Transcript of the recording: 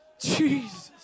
Jesus